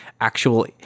actual